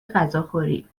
غذاخوری